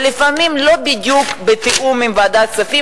ולפעמים לא בדיוק בתיאום עם ועדת הכספים,